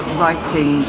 writing